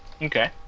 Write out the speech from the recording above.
Okay